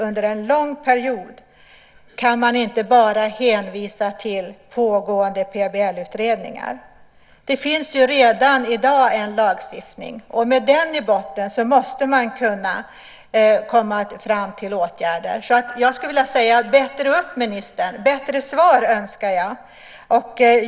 Under en lång period kan man inte bara hänvisa till pågående PBL-utredningar. Det finns ju redan i dag en lagstiftning. Med den i botten måste man kunna komma fram till åtgärder. Jag skulle vilja säga: Bättre upp, ministern! Bättre svar! önskar jag.